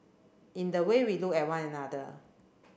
in the way we look at one another